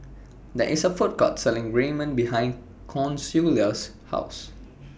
There IS A Food Court Selling Ramen behind Consuela's House